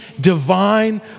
divine